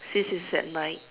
since it's at night